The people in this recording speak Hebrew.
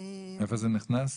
איפה זה נכנס?